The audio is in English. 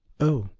oh,